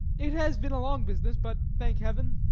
it has been a long business, but, thank heaven,